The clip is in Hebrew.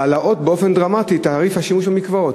להעלות באופן דרמטי את תעריף השימוש במקוואות.